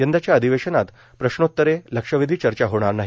यंदाच्या अधिवेशनात प्रश्नोत्तरे लक्षवेधी चर्चा होणार नाही